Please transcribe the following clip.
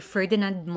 Ferdinand